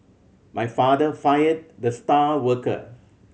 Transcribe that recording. my father fired the star worker